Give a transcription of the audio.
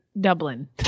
Dublin